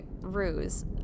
ruse